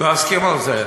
להסכים על זה.